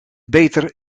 beter